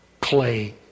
clay